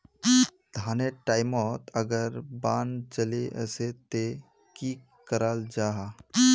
धानेर टैमोत अगर बान चले वसे ते की कराल जहा?